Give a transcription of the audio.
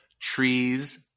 trees